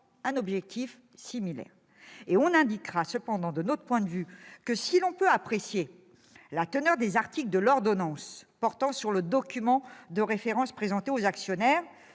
un objectif similaire. De notre point de vue, si l'on peut apprécier la teneur des articles de l'ordonnance portant sur le document de référence présenté aux actionnaires